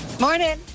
Morning